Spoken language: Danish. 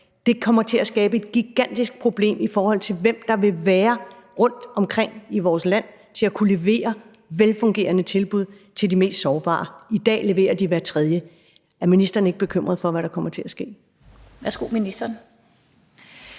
kommer til at skabe et gigantisk problem, i forhold til hvem der vil være rundtomkring i vores land til at kunne levere velfungerende tilbud til de mest sårbare – i dag leverer de hvert tredje. Er ministeren ikke bekymret for, hvad der kommer til at ske? Kl. 15:54 Den